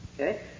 Okay